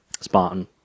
Spartan